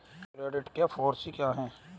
Credit के four C क्या हैं?